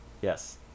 Yes